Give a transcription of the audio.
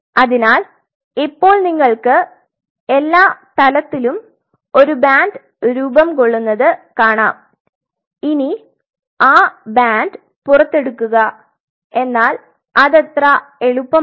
അതിനാൽ ഇപ്പോൾ നിങ്ങൾക്ക് എല്ലാ തലത്തിലും ഒരു ബാൻഡ് രൂപം കൊള്ളുന്നത് കാണാം ഇനി ആ ബാൻഡ് പുറത്തെടുക്കുക എന്നാൽ അത് അത്ര എളുപ്പമല്ല